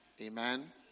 Amen